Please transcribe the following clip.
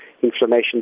Inflammation